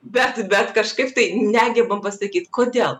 bet bet kažkaip tai negebam pasakyt kodėl